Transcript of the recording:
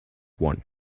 one